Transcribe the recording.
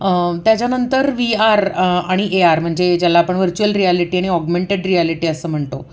त्याच्यानंतर V R आणि A R म्हणजे ज्याला आपण व्हर्चुअल रियालिटी आणि ऑग्मेंटेड रियालिटी असं म्हणतो